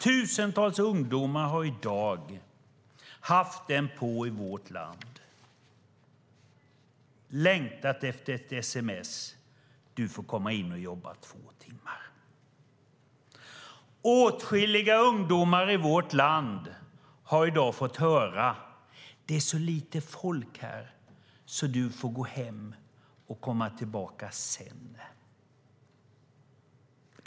Tusentals ungdomar i vårt land har i dag haft en sådan på och längtat efter ett sms där det står: Du får komma in och jobba två timmar. Åtskilliga ungdomar i vårt land har i dag fått höra: Det är så lite folk här, så du får gå hem och komma tillbaka sedan.